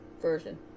version